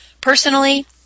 personally